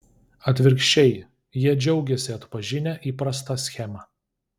atvirkščiai jie džiaugiasi atpažinę įprastą schemą